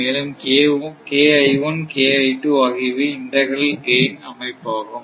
மேலும் ஆகியவை integral gain அமைப்பாகும்